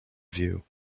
view